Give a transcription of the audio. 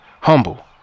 Humble